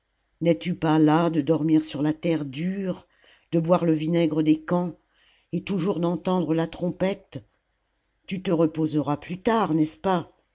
n'es-tu pas las de dormir sur la terre dure de boire le vinaigre des camps et toujours d'entendre la trompette tu te reposeras plus tard n'est-ce pas